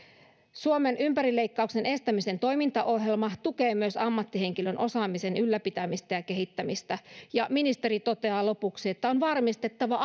suomen ympärileikkauksen estämisen toimintaohjelma tukee myös ammattihenkilön osaamisen ylläpitämistä ja kehittämistä ja ministeri toteaa lopuksi on varmistettava